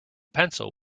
pencil